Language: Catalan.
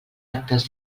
actes